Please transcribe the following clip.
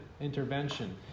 Intervention